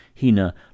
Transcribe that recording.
Hina